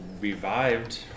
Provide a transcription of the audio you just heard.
revived